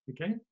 okay